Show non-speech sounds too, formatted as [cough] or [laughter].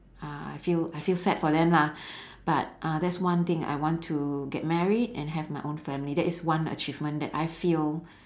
uh I feel I feel sad for them lah [breath] but uh that's one thing I want to get married and have my own family that is one achievement that I feel